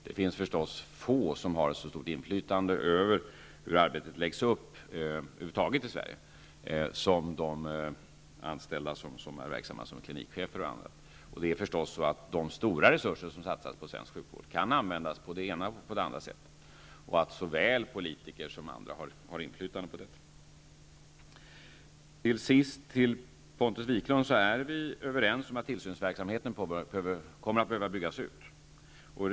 Det finns få i Sverige som har så stort inflytande över hur arbetet läggs upp över huvud taget som de som är verksamma som t.ex. klinikchefer. De stora resurser som satsas på svensk sjukvård kan användas på olika sätt. Såväl politiker som andra har inflytande över detta. Till sist vill jag säga till Pontus Wiklund att vi är överens om att tillsynsverksamheten kommer att behöva byggas ut.